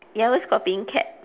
you always copying cat